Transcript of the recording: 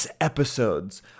episodes